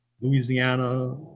Louisiana